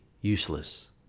useless